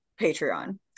Patreon